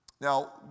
Now